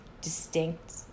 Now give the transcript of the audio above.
distinct